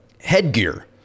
headgear